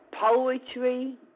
poetry